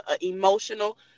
emotional